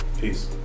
Peace